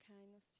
kindness